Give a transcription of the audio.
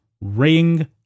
Ring